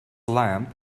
lamp